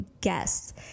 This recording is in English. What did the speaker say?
guests